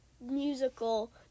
Musical